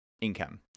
income